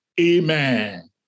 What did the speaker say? Amen